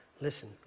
Listen